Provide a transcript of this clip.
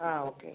ആഹ് okay